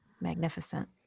magnificent